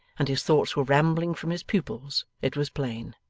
and his thoughts were rambling from his pupils it was plain.